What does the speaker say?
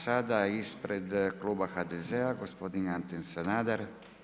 Sada ispred kluba HDZ-a gospodin Ante Sanader.